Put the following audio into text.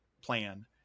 plan